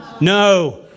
No